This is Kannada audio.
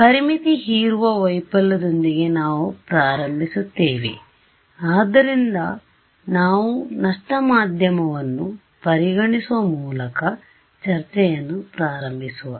ಪರಿಮಿತಿ ಹೀರುವ ವೈಫಲ್ಯದೊಂದಿಗೆ ನಾವು ಪ್ರಾರಂಭಿಸುತ್ತೇವೆ ಆದ್ದರಿಂದ ನಾವು ನಷ್ಟಮಾಧ್ಯಮವನ್ನು ಪರಿಗಣಿಸುವ ಮೂಲಕ ಚರ್ಚೆಯನ್ನು ಪ್ರಾರಂಭಿಸುವ